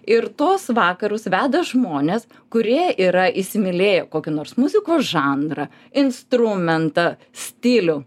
ir tuos vakarus veda žmonės kurie yra įsimylėję kokį nors muzikos žanrą instrumentą stilių